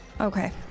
Okay